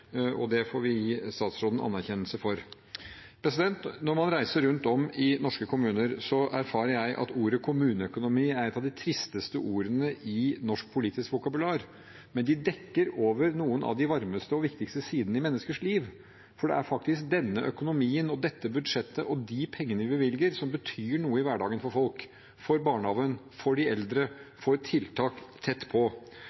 og det får vi gi statsråden anerkjennelse for. Når jeg reiser rundt om i norske kommuner, erfarer jeg at ordet «kommuneøkonomi» er et av de tristeste ordene i norsk politisk vokabular. Men det dekker noen av de varmeste og viktigste sidene i menneskers liv, for det er faktisk denne økonomien, dette budsjettet og de pengene vi bevilger, som betyr noe i hverdagen for folk, for barnehagene, for de eldre,